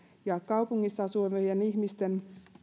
ja kaupungissa asuvien ihmisten